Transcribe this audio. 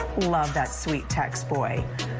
love that sweet tex bio.